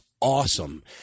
awesome